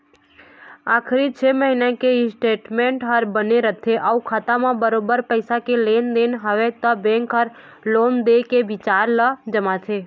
आखरी छै महिना के स्टेटमेंट ह बने रथे अउ खाता म बरोबर पइसा के लेन देन हवय त बेंक ह लोन दे के बिचार ल जमाथे